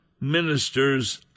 ministers